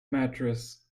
mattress